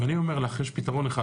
ואני אומר לך: יש פיתרון אחד.